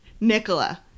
Nicola